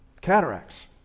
cataracts